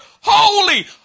holy